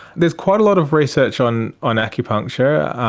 there's quite a lot of research on on acupuncture.